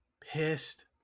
pissed